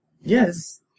Yes